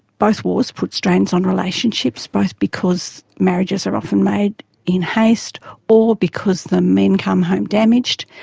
both wars put strains on relationships, both because marriages are often made in haste or because the men come home damaged,